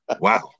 wow